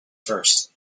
first